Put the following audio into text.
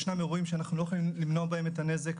ישנם אירועים שאנחנו לא יכולים למנוע בהם את הנזק,